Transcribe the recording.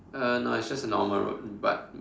uh no it's just a normal road but